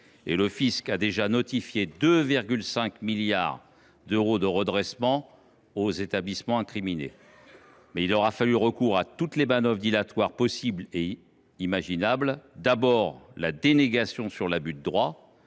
et le fisc a déjà notifié 2,5 milliards d’euros de redressement aux établissements incriminés. Ces derniers auront eu recours à toutes les manœuvres dilatoires possibles et imaginables : dénégation sur l’abus de droit